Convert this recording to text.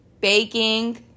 baking